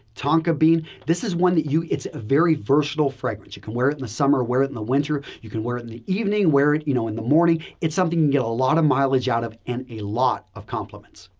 tonka bean. this is one that you it's a very versatile fragrance. you can wear it in the summer, wear it in the winter. you can wear it in the evening, wear it you know, in the morning. it's something, you know, a lot of mileage out of and a lot of compliments.